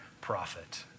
prophet